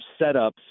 setups